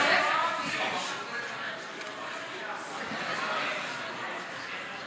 הציוני לסעיף 2 לא נתקבלה.